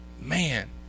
Man